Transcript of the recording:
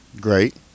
Great